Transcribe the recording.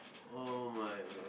oh-my-god